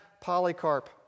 Polycarp